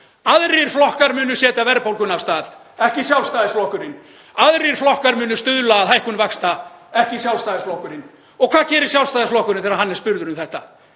Aðrir flokkar munu setja verðbólguna af stað, ekki Sjálfstæðisflokkurinn. Aðrir flokkar munu stuðla að hækkun vaxta, ekki Sjálfstæðisflokkurinn. Og hvað gerir Sjálfstæðisflokkurinn þegar hann er spurður um þetta?